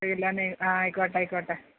ആ ആയിക്കോട്ടെ ആയിക്കോട്ടെ